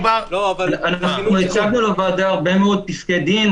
מדובר --- הצגנו לייעוץ המשפטי של הוועדה הרבה מאוד פסקי דין,